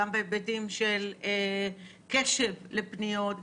גם בהיבטים של קשב לפניות,